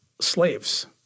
slaves